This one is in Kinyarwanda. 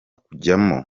kujyamo